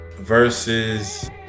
versus